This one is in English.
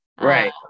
Right